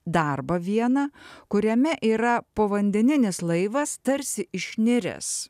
darbą vieną kuriame yra povandeninis laivas tarsi išniręs